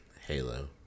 Halo